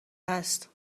هست